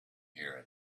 here